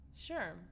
sure